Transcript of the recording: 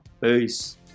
Peace